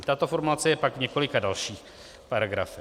Tato formulace je pak v několika dalších paragrafech.